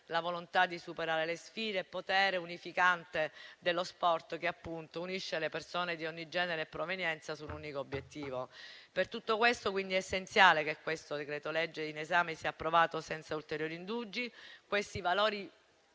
volontà di superare le sfide e sul potere unificante dello sport, che appunto unisce le persone di ogni genere e provenienza verso un unico obiettivo. Per tutto questo, quindi, è essenziale che questo decreto-legge in esame sia approvato senza ulteriori indugi.